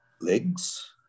legs